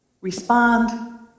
respond